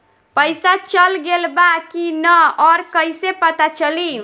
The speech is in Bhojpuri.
पइसा चल गेलऽ बा कि न और कइसे पता चलि?